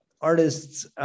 artists